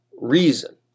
reason